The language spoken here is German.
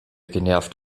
genervt